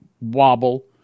wobble